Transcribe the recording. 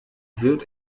wird